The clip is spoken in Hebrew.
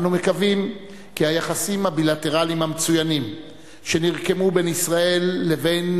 אנו מקווים כי היחסים הבילטרליים המצוינים שנרקמו בין ישראל לבין